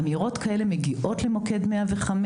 אמירות כאלה מגיעות למוקד 105,